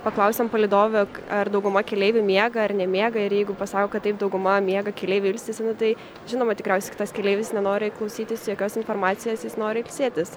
paklausiam palydovių ar dauguma keleivių miega ar nemiega ir jeigu pasako kad taip dauguma miega keleiviai ilsisi nu tai žinoma tikriausiai kitas keleivis nenori klausytis jokios informacijos jis nori ilsėtis